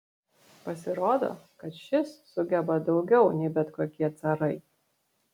pasirodo kad šis sugeba daugiau nei bet kokie carai